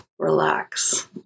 Relax